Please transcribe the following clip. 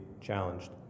challenged